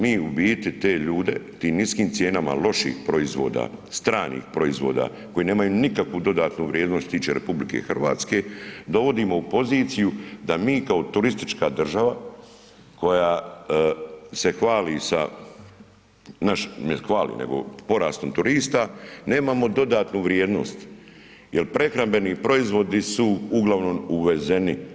Mi u biti te ljude, tim niskim cijenama loših proizvoda, stranih proizvoda koji nemaju nikakvu dodatnu vrijednost što se tiče RH dovodimo u poziciju da mi kao turistička država koja se hvali, ne hvali, nego porastom turista, nemamo dodatnu vrijednost jel prehrambeni proizvodi su uglavnom uvezeni.